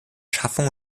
schaffung